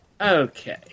Okay